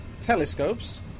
telescopes